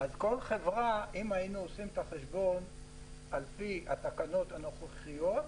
אז אם היינו עושים את החשבון על פי התקנות הנוכחיות,